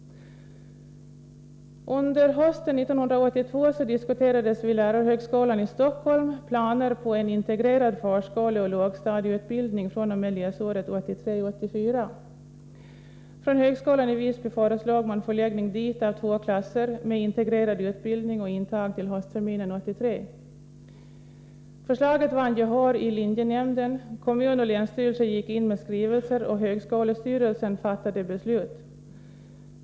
Under hösten 1982 diskuterades vid lärarhögskolan i Stockholm planer på integrerad förskoleoch lågstadieutbildning fr.o.m. läsåret 1983/84. Från högskolan i Visby föreslog man förläggning dit av två klasser med integrerad utbildning och intagning till höstterminen 1983. Förslaget vann gehör i linjenämnden. Kommun och länsstyrelse gick in med skrivelser, och högskolestyrelsen fattade beslut.